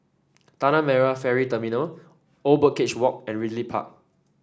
Tanah Merah Ferry Terminal Old Birdcage Walk and Ridley Park